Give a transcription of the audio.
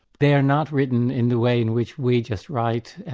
they're not written in the way in which we just write,